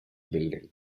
building